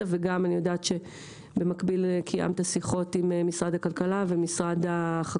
ואני יודעת שבמקביל קיימת שיחות עם משרדי הכלכלה והחקלאות.